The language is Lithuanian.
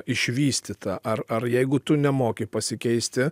išvystyta ar ar jeigu tu nemoki pasikeisti